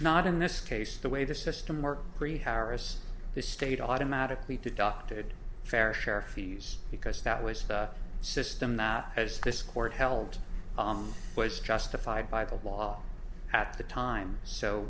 not in this case the way the system works rehire us the state automatically deducted fair share fees because that was the system that has this court held was justified by the law at the time so